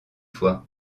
fois